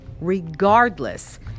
regardless